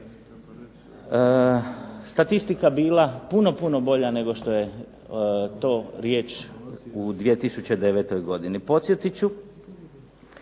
statistika bila puno, puno bolja nego što je to riječ u 2009. godini. Podsjetit